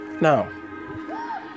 Now